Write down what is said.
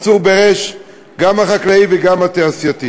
גם החקלאי וגם התעשייתי.